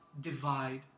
divide